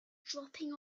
dropping